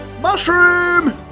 Mushroom